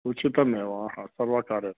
उचितमेव आ हा सर्वकारे